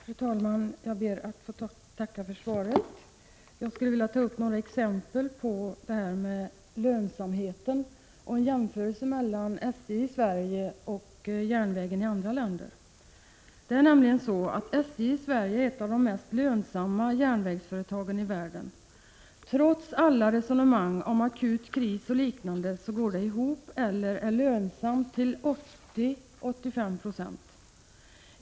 Fru talman! Jag ber att få tacka för svaret. Jag skulle vilja ta upp några exempel på tillämpningen av lönsamhetskriterier och göra en jämförelse mellan SJ i Sverige och järnvägen i andra länder. SJ är ett av de mest lönsamma järnvägsföretagen i världen. Trots alla resonemang om akut kris och liknande går SJ ihop eller är lönsamt till 80-85 90.